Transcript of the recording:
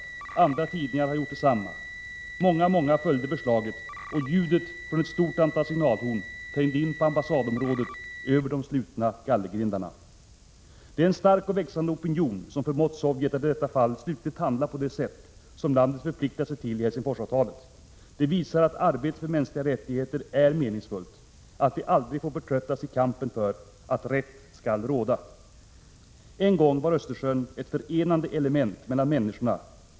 Andra tidningar har gjort detsamma. Många, många följde förslaget, och ljudet från ett stort antal signalhorn trängde in på ambassadområdet över de slutna gallergrindarna. Det är en stark och växande opinion som förmått Sovjet att i detta fall slutligt handla på det sätt som landet förpliktat sig att göra i Helsingforsavtalet. Det visar att arbetet för mänskliga rättigheter är meningsfullt, att vi aldrig får förtröttas i kampen för att rätt skall råda. En gång var Östersjön ett förenande element mellan människorna.